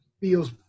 feels